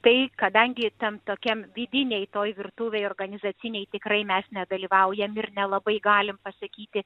tai kadangi ten tokiam vidiniai toj virtuvėj organizaciniai tikrai mes nedalyvaujam ir nelabai galim pasakyti